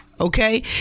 okay